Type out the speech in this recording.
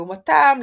לעומתם,